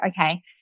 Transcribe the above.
okay